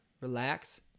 relax